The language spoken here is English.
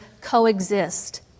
coexist